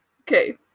Okay